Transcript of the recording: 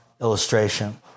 illustration